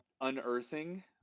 unearthing